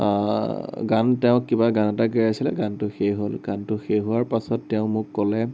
গান তেওঁ কিবা গান এটা গাই আছিলে গানটো শেষ হ'ল গানটো শেষ হোৱাৰ পাছত তেওঁ মোক ক'লে